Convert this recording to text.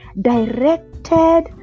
directed